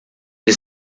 die